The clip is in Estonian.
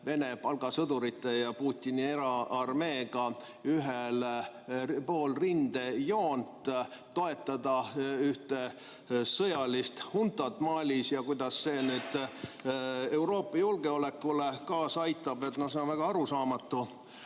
Vene palgasõdurite ja Putini eraarmeega ühel pool rindejoont, toetada sõjalist huntat Malis, ja kuidas see Euroopa julgeolekule kaasa aitab. See on väga arusaamatu.